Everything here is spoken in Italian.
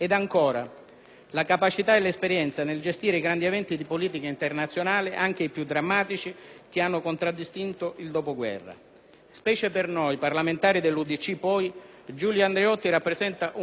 sua capacità e la sua esperienza nel gestire i grandi eventi di politica internazionale, anche i più drammatici, che hanno contraddistinto il dopoguerra? Specie per noi, parlamentari dell'UDC, poi, Giulio Andreotti rappresenta un modello,